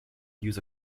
use